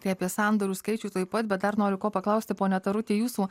tai apie sandorių skaičių tuoj pat bet dar noriu ko paklausti pone taruti jūsų